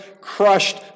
crushed